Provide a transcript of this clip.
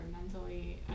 mentally